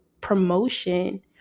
promotion